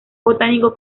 botánico